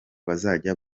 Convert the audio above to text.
bazajya